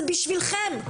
זה בשבילכם.